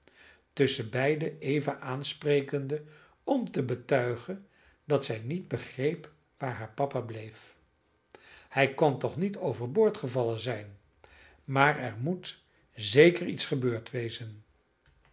tusschenbeide eva aansprekende om te betuigen dat zij niet begreep waar haar papa bleef hij kan toch niet overboord gevallen zijn maar er moet zeker iets gebeurd wezen